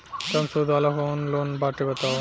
कम सूद वाला कौन लोन बाटे बताव?